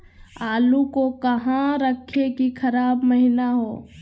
आलू को कहां रखे की खराब महिना हो?